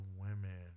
women